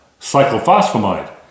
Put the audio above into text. cyclophosphamide